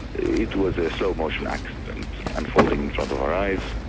it was a slow-motion accident unfolding in front of our eyes.